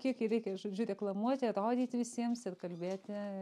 kiek jį reikia žodžiu reklamuoti rodyt visiems ir kalbėti